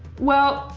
well,